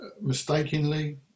mistakenly